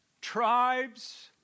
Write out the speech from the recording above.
tribes